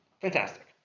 Fantastic